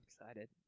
excited